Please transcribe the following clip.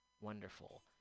wonderful